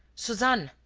suzanne!